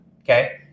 okay